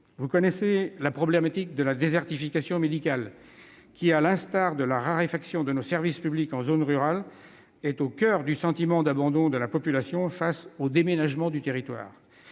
Vous connaissez la problématique de la désertification médicale : à l'instar de la raréfaction des services publics en zones rurales, elle est au coeur du sentiment d'abandon de la population face au « déménagement du territoire